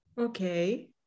Okay